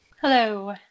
Hello